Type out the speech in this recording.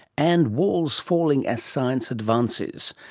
and walls falling as science advances.